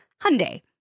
Hyundai